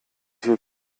viel